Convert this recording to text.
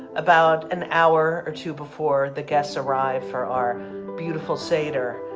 about an hour or two before the guests arrive for our beautiful seder